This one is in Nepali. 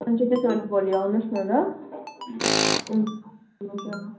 हुन्छ त्यसो भने भोलि आउनुहोस् न ल हुन्छ